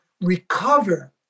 recover